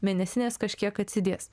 mėnesinės kažkiek atsidės